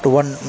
one